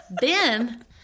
Ben